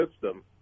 system